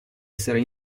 essere